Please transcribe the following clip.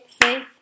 faith